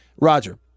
Roger